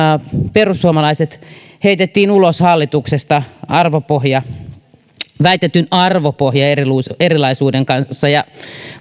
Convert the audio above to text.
perussuomalaiset heitettiin ulos hallituksesta väitetyn arvopohjaerilaisuuden kanssa ja